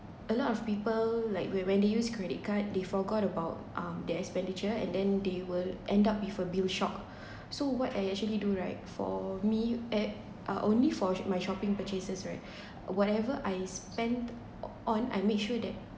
a lot of people like when they use credit card they forgot about um their expenditure and then they will end up with a bill shock so what I actually do right for me at uh only for my shopping purchases right whatever I spend on I make sure that